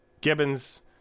Gibbons